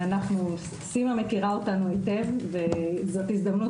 סימה מכירה אותנו היטב וזאת הזדמנות